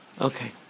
Okay